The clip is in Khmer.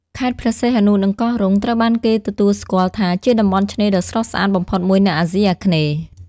ខេត្តព្រះសីហនុ និងកោះរ៉ុង ត្រូវបានគេទទួលស្គាល់ថាជាតំបន់ឆ្នេរដ៏ស្រស់ស្អាតបំផុតមួយនៅអាស៊ីអាគ្នេយ៍។